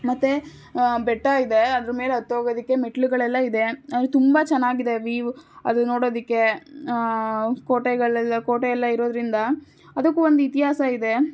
ಮತ್ತು ಬೆಟ್ಟ ಇದೆ ಅದ್ರ್ಮೇಲೆ ಹತ್ ಹೋಗೋದಿಕ್ಕೆ ಮೆಟ್ಟಿಲುಗಳೆಲ್ಲ ಇದೆ ಅದು ತುಂಬ ಚೆನ್ನಾಗಿದೆ ವೀವ್ ಅದು ನೋಡೋದಕ್ಕೆ ಕೋಟೆಗಳೆಲ್ಲ ಕೋಟೆ ಎಲ್ಲ ಇರೋದರಿಂದ ಅದಕ್ಕೂ ಒಂದು ಇತಿಹಾಸ ಇದೆ